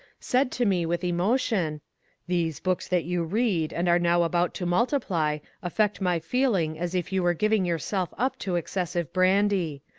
said to me, with emotion these books that you read and are now about to multiply affect my feeling as if you were giving yourself up to exces sive brandy.